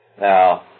Now